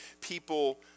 people